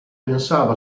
pensava